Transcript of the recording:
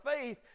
faith